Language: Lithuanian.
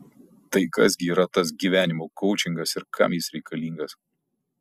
tai kas gi yra tas gyvenimo koučingas ir kam jis reikalingas